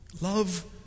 Love